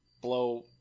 blow